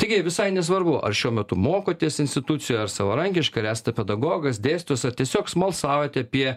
taigi visai nesvarbu ar šiuo metu mokotės institucijoj ar savarankiškai ar esate pedagogas dėstytojas ar tiesiog smalsaujat apie